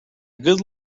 good